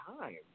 time